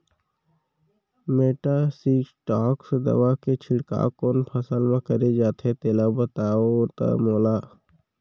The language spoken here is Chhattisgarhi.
मेटासिस्टाक्स दवा के छिड़काव कोन फसल म करे जाथे तेला बताओ त मोला?